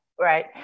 Right